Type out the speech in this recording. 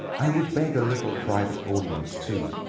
i would beg a little private audience too.